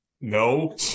No